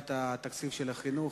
לשמירת התקציב של החינוך.